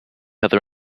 other